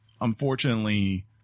unfortunately